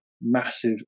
massive